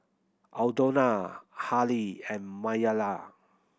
Aldona Hali and Maliyah